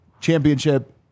championship